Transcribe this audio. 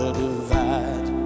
divide